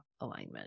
alignment